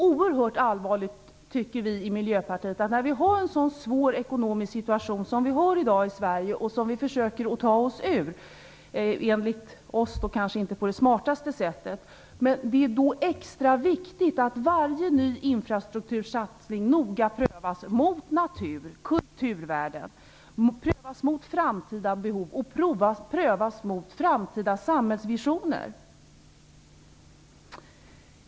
När vi har en så svår ekonomisk situation som vi har i dag i Sverige och som vi försöker ta oss ur - kanske inte på det smartaste sättet enligt vår mening - är det enligt Miljöpartiets uppfatting extra viktigt att varje ny infrastruktursatsning noga prövas och ställs mot naturoch kulturvärden, mot framtida behov och mot framtida samhällsvisioner.